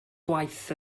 gwaith